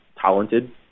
talented